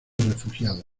refugiados